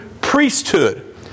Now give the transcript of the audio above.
priesthood